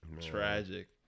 tragic